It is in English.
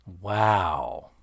Wow